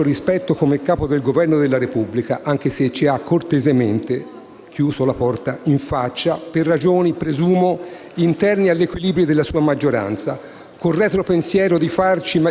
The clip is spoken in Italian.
Questo è un Governo che avrebbe dovuto allargare la sua base parlamentare e ridurre le poltrone. Lei invece ha fatto il contrario, aumentando il numero dei Ministri. Ma siamo adulti e vaccinati e non inclini al risentimento